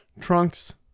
Trunks